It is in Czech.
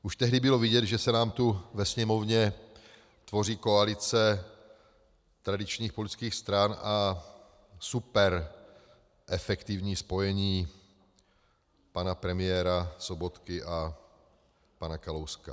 Už tehdy bylo vidět, že se nám tu ve Sněmovně tvoří koalice tradičních politických stran a superefektivní spojení pana premiéra Sobotky a pana Kalouska.